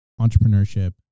entrepreneurship